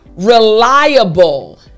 Reliable